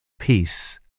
Peace